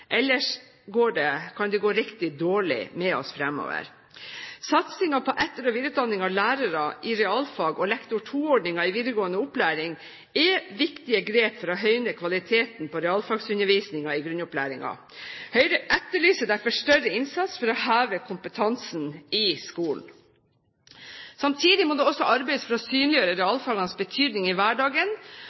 kan det gå riktig dårlig med oss framover. Satsing på etter- og videreutdanning av lærere i realfag og Lektor 2-ordningen i videregående opplæring er viktige grep for å høyne kvaliteten på realfagundervisningen i grunnopplæringen. Høyre etterlyser derfor større innsats for å heve kompetansen i skolen. Samtidig må det også arbeides for å synliggjøre realfagenes betydning i hverdagen,